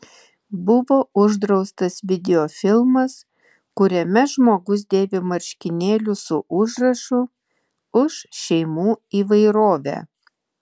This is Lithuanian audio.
buvo uždraustas videofilmas kuriame žmogus dėvi marškinėlius su užrašu už šeimų įvairovę